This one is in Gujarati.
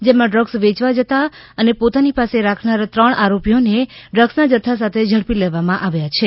જેમાં ડ્રગ્સ વેયવા જતા અને પોતાની પાસે રાખનાર ત્રણ આરોપીઓને ડ્રગ્સના જથ્થા સાથે ઝડપી લેવામાં આવ્યાં છે